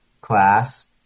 class